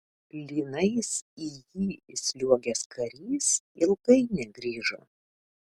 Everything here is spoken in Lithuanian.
lynais į jį įsliuogęs karys ilgai negrįžo